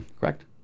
Correct